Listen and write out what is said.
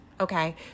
Okay